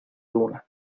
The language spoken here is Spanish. luna